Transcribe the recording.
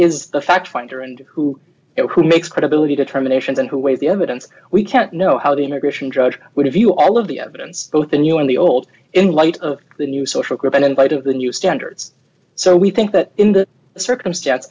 is the fact finder and who it who makes credibility determinations and who weigh the evidence we can't know how the immigration judge would have you all of the evidence both in you and the old in light of the new social group and invite of the new standards so we think that in that circumstance